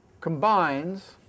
combines